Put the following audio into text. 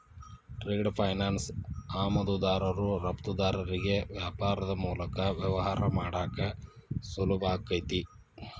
trade finance ಆಮದುದಾರರು ರಫ್ತುದಾರರಿಗಿ ವ್ಯಾಪಾರದ್ ಮೂಲಕ ವ್ಯವಹಾರ ಮಾಡಾಕ ಸುಲಭಾಕೈತಿ